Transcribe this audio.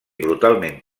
brutalment